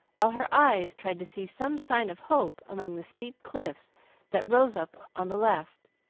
while her eyes tried to see some sign of hope among the steep cliffs that rose up on the left.